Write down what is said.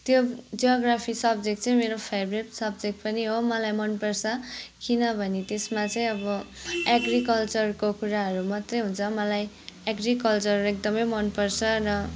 त्यो geography subject चाहिँ मेरो फेबरेट सब्जेक्ट पनि हो मलाई मनपर्छ किनभने त्यसमा चाहिँ अब एग्रिकल्चरको कुराहरू मात्रै हुन्छ मलाई एग्रिकल्चर एकदमै मनपर्छ र